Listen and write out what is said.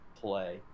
play